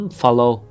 follow